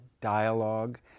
dialogue